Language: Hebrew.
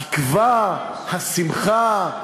התקווה, השמחה,